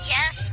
Yes